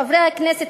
חברי הכנסת,